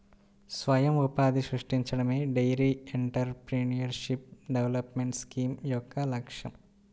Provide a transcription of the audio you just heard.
స్వయం ఉపాధిని సృష్టించడమే డెయిరీ ఎంటర్ప్రెన్యూర్షిప్ డెవలప్మెంట్ స్కీమ్ యొక్క లక్ష్యం